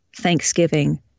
Thanksgiving